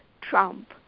Trump